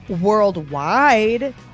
worldwide